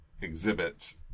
exhibit